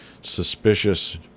suspicious